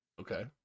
Okay